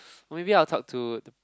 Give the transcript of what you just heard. maybe I will talk to the